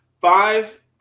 five